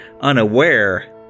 unaware